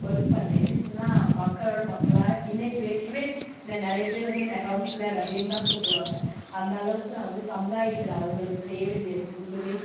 work பண்ணேன் எப்படின்னு சொன்னால் மக்களோட மக்களாக இன்னைக்கு வரைக்கும் ஏன்னா நிறைய பேர் வந்து என்ன கவுன்சிலர் அப்படின்னு தான் கூப்பிடுவாங்க அந்தளவுக்கு நான் வந்து சமுதாயத்தில் அவங்களுக்கு செய்ய வேண்டியது ஃபுல்லும்